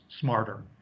smarter